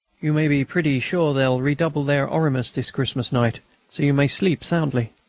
you may be pretty sure they'll redouble their oremus this christmas night, so you may sleep soundly.